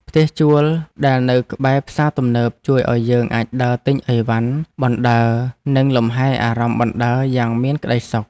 ផ្ទះជួលដែលនៅក្បែរផ្សារទំនើបជួយឱ្យយើងអាចដើរទិញអីវ៉ាន់បណ្តើរនិងលំហែអារម្មណ៍បណ្តើរយ៉ាងមានក្តីសុខ។